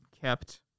kept